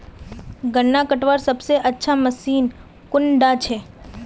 गन्ना कटवार सबसे अच्छा मशीन कुन डा छे?